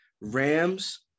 Rams